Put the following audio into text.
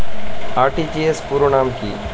RTGS পুরো নাম কি?